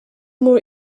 more